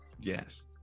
yes